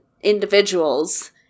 individuals